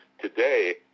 Today